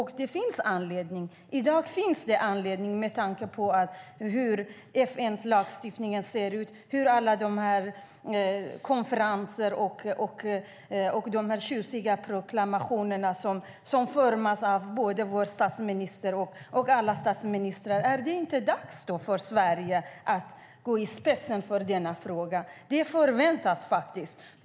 I dag finns det anledning att agera, med tanke på FN:s lagstiftning, alla konferenser och alla tjusiga proklamationer som formas av vår statsminister och andra statsministrar. Är det då inte dags för Sverige att gå i spetsen för denna fråga? Det förväntas faktiskt.